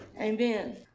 Amen